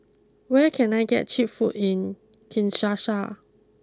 where can I get cheap food in Kinshasa